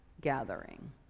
gathering